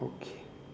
okay